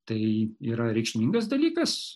tai yra reikšmingas dalykas